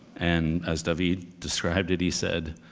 and as daveed described it, he said,